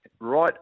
right